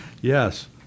Yes